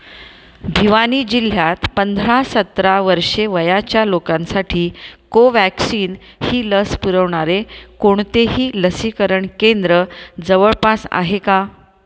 भिवानी जिल्ह्यात पंधरा सतरा वर्षे वयाच्या लोकांसाठी कोव्हॅक्सिन ही लस पुरवणारे कोणतेही लसीकरण केंद्र जवळपास आहे का